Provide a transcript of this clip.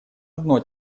одно